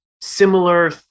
similar